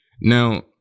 now